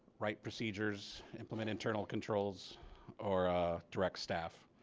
write procedures implement internal controls or direct staff.